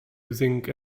using